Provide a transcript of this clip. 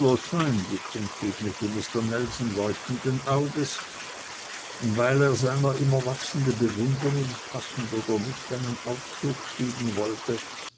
nelson leuchtenden auges und weil er seiner immer wachsenden bewunderung passend oder nicht einen ausdruck geben wollte